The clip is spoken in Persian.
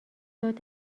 داد